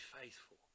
faithful